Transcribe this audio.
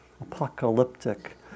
apocalyptic